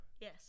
yes